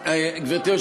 אבל מה אתה,